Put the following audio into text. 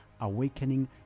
awakening